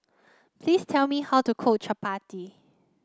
please tell me how to cook Chapati